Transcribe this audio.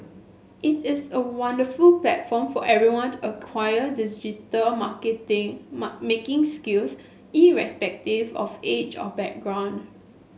it is a wonderful platform for everyone to acquire digital marketing making skills irrespective of age or background